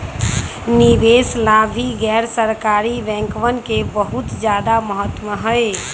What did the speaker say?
निवेश ला भी गैर सरकारी बैंकवन के बहुत ज्यादा महत्व हई